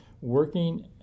working